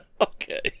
Okay